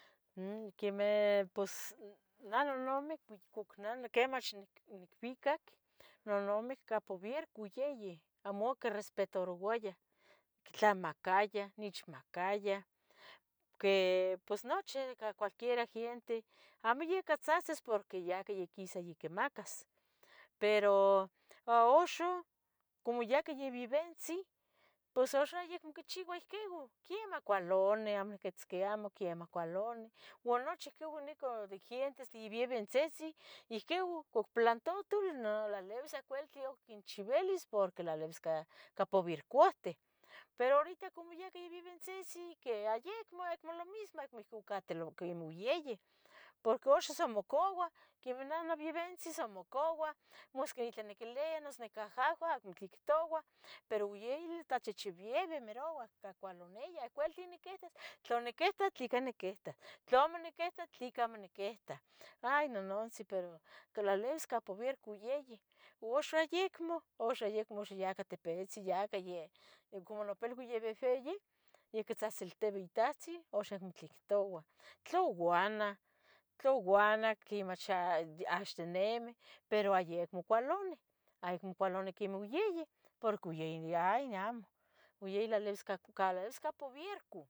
Nn quemeh pos neh nonamic puc oc neh quemach nic nicbicac nonamic campubiercu bieyi, amo quirespetarouayah, ictlamacayah, nechmacayah, que pos nochi ica cualquiera giente amo yeh ica tzatzin porque yacah yaquisa ya quimacas, pero a uxa, como yacah yeh bibentzin pos uxa yacmo quichiua ihquieu, quiemah cualoni amo iquitz qui amo quiemah cualoni, ua nochi quiua nicah nigientes nibebentzitzih, ihquieu ocplantutul nolalibis ihquiu quinchibilis porque lalibisca capubircuahtih, pero horita como ya cah ibebentzitzi, que a yeh acmo acmo lo mismo, acmo ihquieu cati catilihmoyeyi, porque uxa sa mocaua, quemih neh nobibentzin sa mocaua, masqu itlah niquiluia noso nicahahua acmo tlen ictoua, pero uyeyi hasta ochichibieyi mirauac quicualania tlen niquihtos, tla niquihtos tleca oniquihtoh, tla amo niquihtos tleca amo oniquihtoh, hay nonontzin, pero tlalibis cumpubiercu yeyi, uxa yecmo, uxa yecmo, uxa yacah titpitzin, yacah yeh como nopilba yabehbeyi, ya ictzahtzilihtibeh itahtzin, uxa acmo tlen ictoua. Tlouana, tlouana, quemach axtineme, pero yeh yeh acmo cualoni, acmo cualoni quemeh oyeyi, porque oyeyi, hay amo, oyeyi tlalibisca tlalibisca pu pubiercu